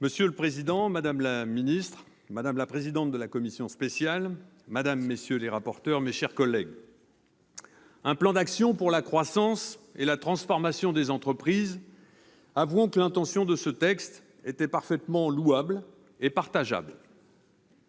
Monsieur le président, madame la secrétaire d'État, madame la présidente de la commission spéciale, madame, messieurs les rapporteurs, mes chers collègues, un « plan d'action pour la croissance et la transformation des entreprises », avouons que l'intention de ce texte était parfaitement louable et partageable.